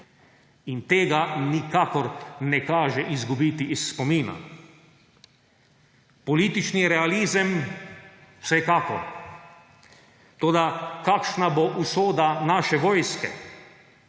in tega nikakor ne kaže izgubiti iz spomina. Politični realizem – vsekakor, toda, kakšna bo usoda naše vojske?